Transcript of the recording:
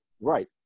right